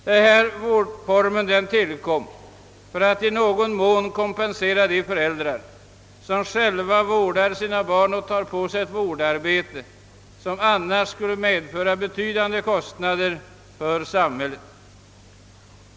Denna vårdform tillkom för att i någon mån kompensera de föräldrar som själva vårdar sina barn och tar på sig ett vårdarbete, som annars skulle medföra betydande kostnader för samhället.